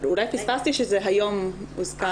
אולי פספסתי שזה היום הוזכר.